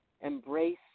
embrace